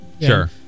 Sure